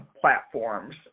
platforms